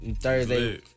Thursday